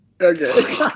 Okay